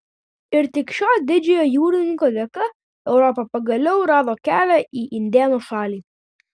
ir tik šio didžiojo jūrininko dėka europa pagaliau rado kelią į indėnų šalį